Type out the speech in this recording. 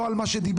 לא על מה שדיברתי,